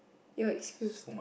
you're excused